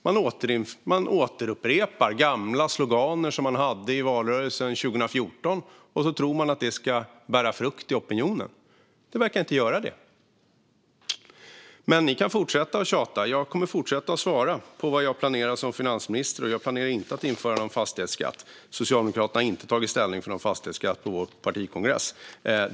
Man återupprepar gamla sloganer som man hade i valrörelsen 2014, och så tror man att det ska bära frukt i opinionen. Men det verkar det inte göra. Ni kan fortsätta att tjata. Jag kommer att fortsätta att svara på vad jag planerar som finansminister, och jag planerar inte att införa någon fastighetsskatt. Socialdemokraterna har inte tagit ställning för någon fastighetsskatt på vår partikongress.